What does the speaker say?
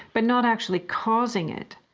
but not actually causing it.